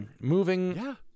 Moving